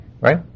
right